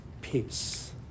peace